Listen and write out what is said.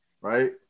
right